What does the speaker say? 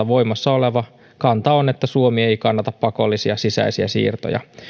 voimassaoleva kanta perussuomalaisten hallitusajalta on että suomi ei kannata pakollisia sisäisiä siirtoja